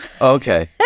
okay